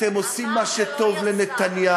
אתם עושים מה שטוב לנתניהו.